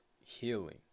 healing